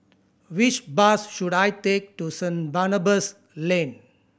which bus should I take to Saint Barnabas Lane